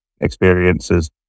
experiences